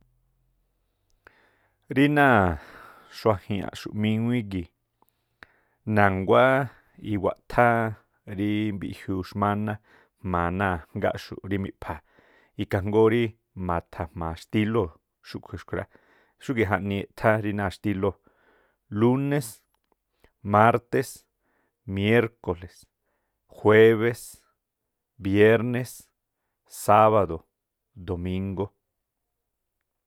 Ríí náa̱ xuajñaꞌxu̱ míŋuíí gii̱, na̱nguá iwaꞌthá rí mbiꞌjiuu xmáná jma̱a náa̱ ajngáꞌxu̱ꞌ miꞌpha̱a̱ ikhaa jngóó ma̱tha̱ jma̱a xtílóo̱ xúꞌkhui̱ xku̱ rá. Xúgi̱ꞌ jaꞌni e̱ꞌthá rí náa̱ xtílióo̱. Lúnés, mártés, miérko̱le̱s, juébeś, biérnes, sába̱do̱, domíngó.